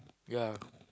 ya